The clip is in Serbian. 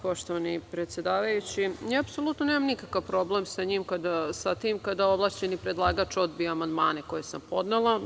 Poštovani predsedavajući, apsolutno nemam nikakav problem sa tim kada ovlašćeni predlagač odbije amandmane koje sam podnela.